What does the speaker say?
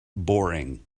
boring